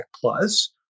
plus